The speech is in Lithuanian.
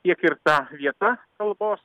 tiek ir ta vieta kalbos